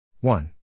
one